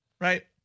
Right